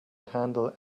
handle